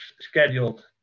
scheduled